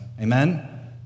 Amen